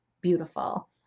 beautiful